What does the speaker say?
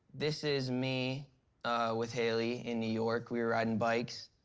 this is me with hailey in new york. we were riding bikes,